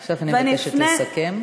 עכשיו אני מבקשת לסכם.